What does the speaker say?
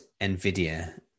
NVIDIA